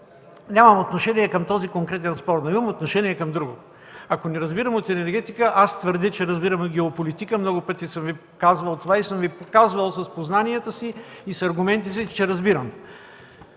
нямам отношение към този конкретен спор, но имам отношение към друго. Ако не разбирам от енергетика, твърдя, че разбирам от геополитика. Много пъти съм казвал това и съм Ви показвал с познанията и с аргументите си – че разбирам.